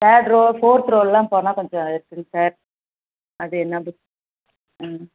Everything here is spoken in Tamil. தேர்டு ரோ ஃபோர்த் ரோலாம் போனால் கொஞ்சம் இருக்குங்க சார் அது என்ன புக் ம்